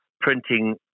printing